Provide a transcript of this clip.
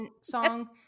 song